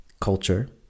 culture